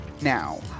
Now